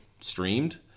streamed